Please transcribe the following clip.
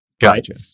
Gotcha